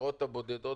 מהשרות הבודדות